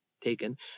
taken